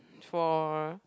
for